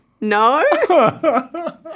no